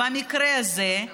במקרה הזה,